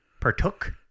partook